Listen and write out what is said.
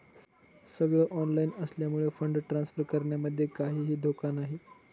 सगळ ऑनलाइन असल्यामुळे fund transfer करण्यामध्ये काहीही धोका नाही